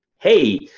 hey